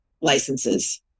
licenses